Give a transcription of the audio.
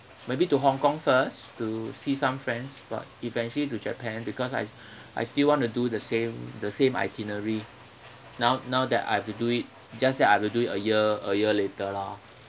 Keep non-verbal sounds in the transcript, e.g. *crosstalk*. maybe to hong kong first to see some friends but eventually to japan because I *breath* I still want to do the same the same itinerary now now that I have to do it just that I have to do a year a year later lah